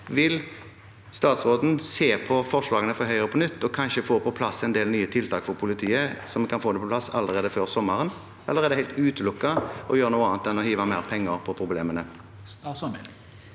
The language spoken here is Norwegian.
Vil statsråden se på forslagene fra Høyre på nytt og kanskje få på plass en del nye tiltak for politiet, slik at vi kan få det på plass allerede før sommeren? Eller er det helt utelukket å gjøre noe annet enn å hive mer penger etter problemene? Statsråd